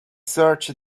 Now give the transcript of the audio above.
search